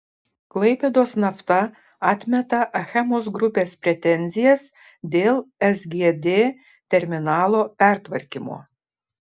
klaipėdos nafta atmeta achemos grupės pretenzijas dėl sgd terminalo pertvarkymo